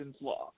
law